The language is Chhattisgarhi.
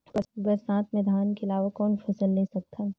बरसात मे धान के अलावा कौन फसल ले सकत हन?